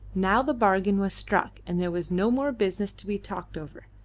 now the bargain was struck and there was no more business to be talked over,